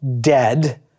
dead